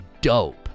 dope